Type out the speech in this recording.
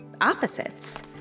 opposites